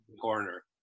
corner